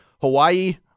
Hawaii